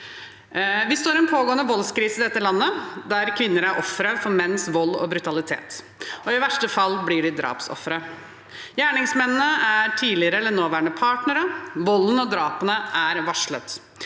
Vi står i en pågående voldskrise i dette landet, der kvinner er ofre for menns vold og brutalitet, og i verste fall blir de drapsofre. Gjerningsmennene er tidligere eller nåværende partnere. Volden og drapene er varslet.